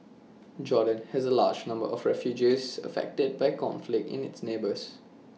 Jordan has A large number of refugees affected by conflict in its neighbours